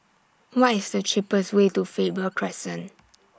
What IS The cheapest Way to Faber Crescent